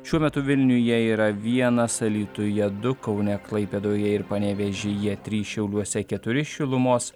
šiuo metu vilniuje yra vienas alytuje du kaune klaipėdoje ir panevėžyje trys šiauliuose keturi šilumos